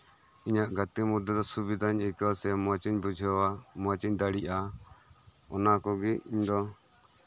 ᱚᱱᱟᱜᱮ ᱜᱟᱛᱮ ᱢᱚᱫᱽᱫᱷᱮᱨᱮ ᱥᱩᱵᱤᱫᱷᱟᱧ ᱟᱹᱭᱠᱟᱹᱣᱟ ᱥᱮ ᱢᱚᱸᱡᱤᱧ ᱵᱩᱡᱷᱟᱹᱣᱟ ᱢᱚᱸᱡᱤᱧ ᱫᱟᱲᱮᱭᱟᱜᱼᱟ ᱚᱱᱟ ᱠᱚᱜᱮ ᱤᱧ ᱫᱚ